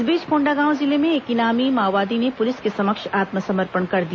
इस बीच कोंडागांव जिले में एक इनामी माओवादी ने पुलिस के समक्ष आत्मसमर्पण कर दिया